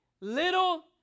little